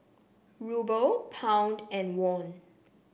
Ruble Pound and Won